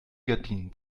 gardinen